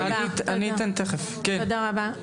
תודה רבה.